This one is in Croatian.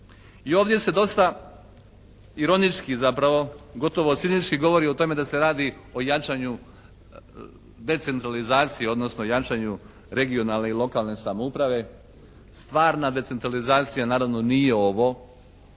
ovdje se dosta ironički zapravo gotovo cinički govori o tome da se radi o jačanju decentralizacije odnosno jačanju regionalne i lokalne samouprave. Stvarna decentralizacija naravno nije ovo.